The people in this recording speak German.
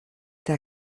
der